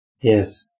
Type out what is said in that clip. Yes